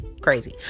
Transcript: crazy